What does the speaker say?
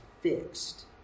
fixed